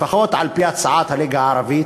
לפחות על-פי הצעת הליגה הערבית.